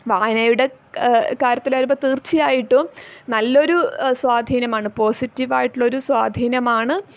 വായനയുടെ കാര്യത്തിലായാലും ഇപ്പം തീർച്ചയായിട്ടും നല്ലൊരു സ്വാധീനമാണ് പോസിറ്റീവ് ആയിട്ടുള്ളൊരു സ്വാധീനമാണ്